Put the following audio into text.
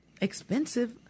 expensive